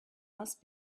must